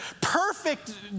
perfect